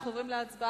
אנחנו עוברים להצבעה.